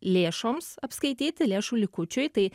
lėšoms apskaityti lėšų likučiui tai